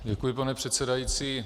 Děkuji, pane předsedající.